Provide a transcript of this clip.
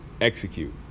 execute